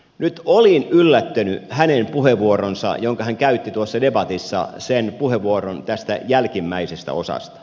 nyt olin yllättynyt hänen puheenvuoronsa jonka hän käytti tuossa debatissa jälkimmäisestä osasta